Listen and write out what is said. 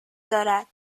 دارد